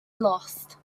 lost